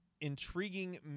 intriguing